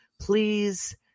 please